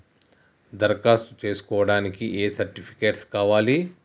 దరఖాస్తు చేస్కోవడానికి ఏ సర్టిఫికేట్స్ కావాలి?